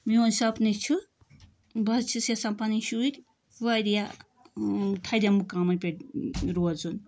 میون سَپنہٕ چھُ بہٕ حظ چھس یَژھان پَنٕنۍ شُرۍ واریاہ تَھدٮ۪ن مُقامَن پٮ۪ٹھ روزُن